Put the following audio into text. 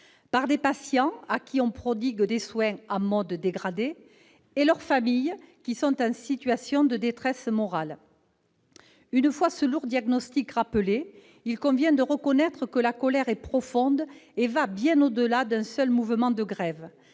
par les patients à qui l'on prodigue des soins en mode dégradé, et par la famille de ces derniers, en situation de détresse morale. Une fois rappelé ce lourd diagnostic, il convient de reconnaître que la colère est profonde et va bien au-delà d'un seul mouvement de grève.